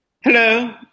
Hello